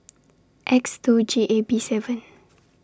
X two G A B seven